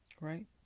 right